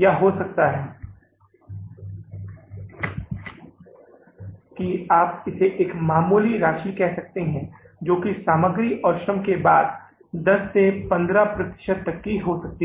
या हो सकता है कि आप इसे एक मामूली राशि कह सकते हैं जो सामग्री और श्रम के बाद 10 से 15 प्रतिशत तक हो सकती है